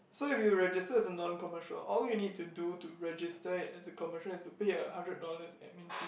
so if you register as a non commercial all you need to do to register it as a commercial is to pay a hundred dollars admin fee